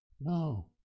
No